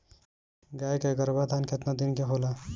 गाय के गरभाधान केतना दिन के होला?